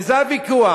וזה הוויכוח,